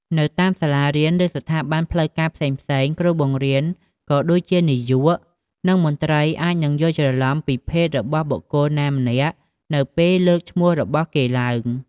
នៅតាមសាលារៀន ឬ ស្ថាប័នផ្លូវការផ្សេងៗ គ្រូបង្រៀន ក៏ដូចជា នាយក និងមន្ត្រីអាចនឹងយល់ច្រឡំពីភេទរបស់បុគ្គលណាម្នាក់នៅពេលលើកឈ្មោះរបស់គេឡើង។